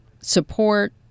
support